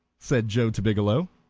said joe to biggielow.